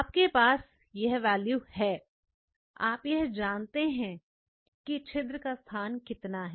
आपके पास यह वैल्यू है आप यह जानते हैं कि छिद्र का स्थान कितना है